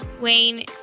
Wayne